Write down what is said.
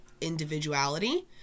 individuality